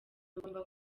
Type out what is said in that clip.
bigomba